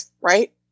right